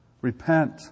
Repent